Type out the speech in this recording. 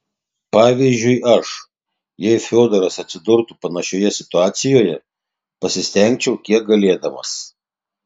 pavyzdžiui aš jei fiodoras atsidurtų panašioje situacijoje pasistengčiau kiek galėdamas